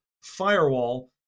Firewall